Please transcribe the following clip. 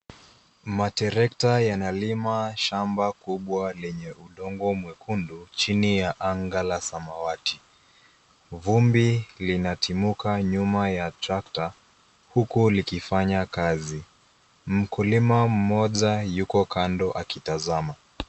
Matrekta yanalima shamba kubwa lenye udongo mwekundu chini ya anga la samawati. Vumbi linatimuka nyuma ya trakta uku likifanya kazi. Mkulima mmoja yuko kando akitazama.